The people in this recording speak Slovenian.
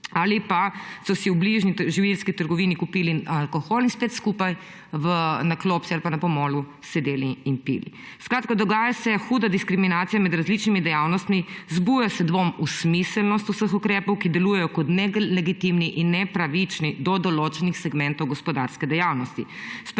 ali pa so si v bližnji živilski trgovini kupili alkohol in spet skupaj na klopci ali na pomolu sedeli in pili. Skratka, dogaja se huda diskriminacija med različnimi dejavnostmi, vzbuja se dvom o smiselnosti vseh ukrepov, ki delujejo kot nelegitimni in nepravični do določenih segmentov gospodarske dejavnosti.